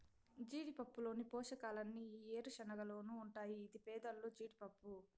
జీడిపప్పులోని పోషకాలన్నీ ఈ ఏరుశనగలోనూ ఉంటాయి ఇది పేదోల్ల జీడిపప్పు